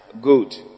Good